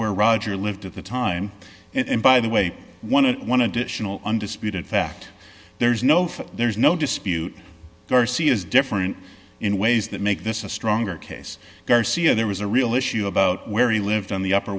where roger lived at the time and by the way one and one additional undisputed fact there's no there's no dispute darcy is different in ways that make this a stronger case garcia there was a real issue about where he lived on the upper